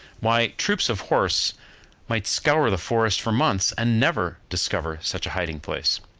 why, troops of horse might scour the forest for months, and never discover such a hiding-place.